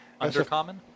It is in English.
Undercommon